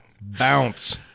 Bounce